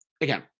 again